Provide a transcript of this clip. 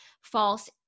false